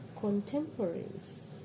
contemporaries